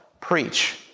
preach